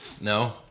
No